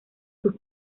sus